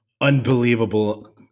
unbelievable